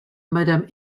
madame